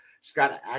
Scott